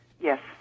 Yes